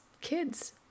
kids